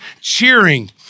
cheering